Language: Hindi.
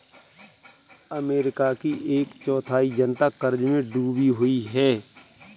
अमेरिका की एक चौथाई जनता क़र्ज़ में डूबी हुई है